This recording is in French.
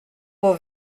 vos